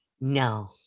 No